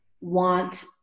want